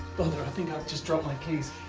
just dropped my keys.